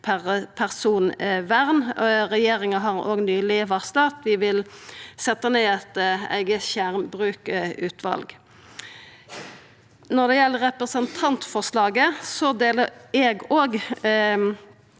personvern. Regjeringa har òg nyleg varsla at vi vil setja ned eit eige skjermbrukutval. Når det gjeld representantforslaget, deler eg det